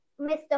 Mr